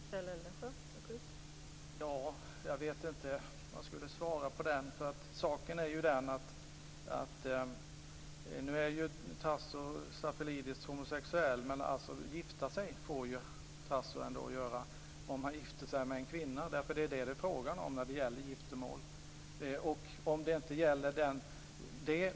Fru talman! Jag vet inte vad jag skall svara på det. Tasso Stafilidis är visserligen homosexuell, men han får ändå gifta sig, om han gör det med en kvinna. Det är det som det blir fråga om vid giftermål.